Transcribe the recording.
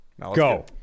Go